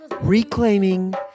Reclaiming